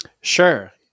Sure